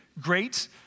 great